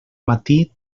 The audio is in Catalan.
matí